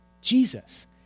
Jesus